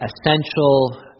essential